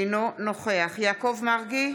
אינו נוכח יעקב מרגי,